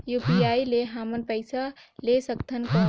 UPI ले हमन पइसा ले सकथन कौन?